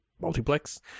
Multiplex